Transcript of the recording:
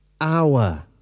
hour